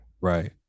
right